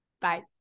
Bye